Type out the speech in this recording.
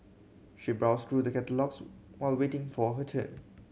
she browsed through the catalogues while waiting for her turn